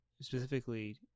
specifically